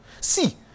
See